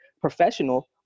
professional